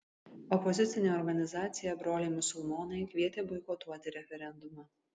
opozicinė organizacija broliai musulmonai kvietė boikotuoti referendumą